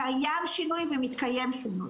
קיים שינוי ומתקיים שינוי.